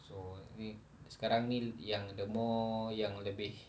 so I mean sekarang ini yang the more yang lebih